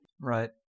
Right